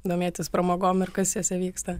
domėtis pramogom ir kas jose vyksta